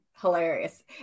hilarious